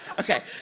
ok.